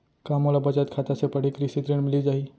का मोला बचत खाता से पड़ही कृषि ऋण मिलिस जाही?